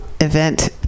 event